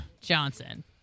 Johnson